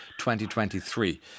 2023